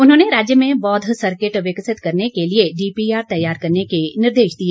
उन्होंने राज्य में बौध सर्किट विकसित करने के लिए डीपीआर तैयार करने के निर्देश दिए